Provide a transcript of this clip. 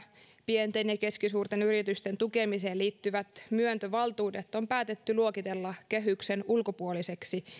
pienten ja keskisuurten yritysten tukemiseen liittyvät myöntövaltuudet on päätetty luokitella kehyksen ulkopuoliseksi